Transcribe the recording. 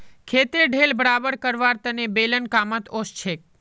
खेतेर ढेल बराबर करवार तने बेलन कामत ओसछेक